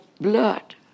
blood